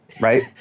Right